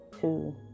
two